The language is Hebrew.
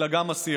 אלא גם עשייה.